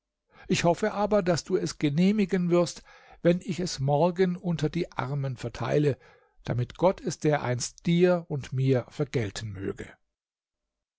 ich hoffe aber daß du es genehmigen wirst wenn ich es morgen unter die armen verteile damit gott es dereinst dir und mir vergelten möge